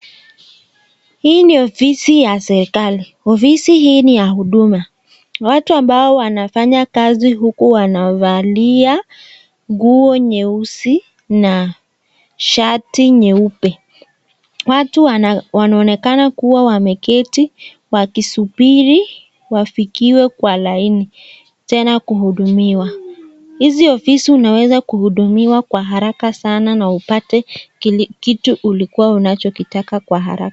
Hii ni ofisi ya serekali ofisi hii ni ya huduma watu ambao wanafanya kazi huku wanavalia nguo nyeusi na shati nyeupe. Watu wanaonekana kuwa wameketi wakisubiri wafikiwe kwa laini tena kuhudumiwa. Hizi ofisi unaweza kuhudumiwa kwa haraka sana na upate kitu ulikuwa unachokita kwa haraka.